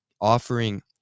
offering